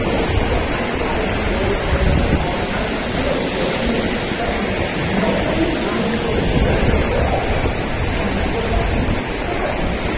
like look, i try to disclose our investments all the time. of course you are human, something you have, but knowingly non-disclose and be like, this is great and, no, like that's insanity.